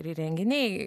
ir įrenginiai